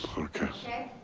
okay.